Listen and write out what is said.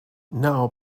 now